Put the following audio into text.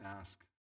ask